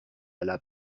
alla